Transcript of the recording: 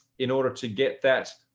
in order to get that,